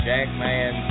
Jackman